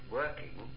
working